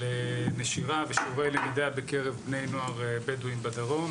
נשירה ועל שיעורי הלמידה בקרב בני נוער בדואים בדרום.